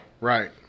Right